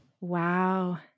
Wow